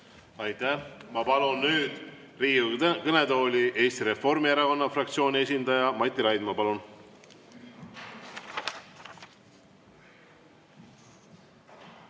Aitäh! Ma palun nüüd Riigikogu kõnetooli Eesti Reformierakonna fraktsiooni esindaja Mati Raidma. Palun!